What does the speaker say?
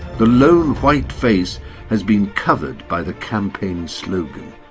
the lone white face has been covered by the campaign slogan.